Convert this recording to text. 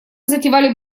затевали